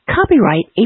Copyright